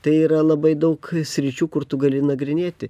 tai yra labai daug sričių kur tu gali nagrinėti